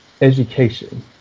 education